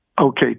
Okay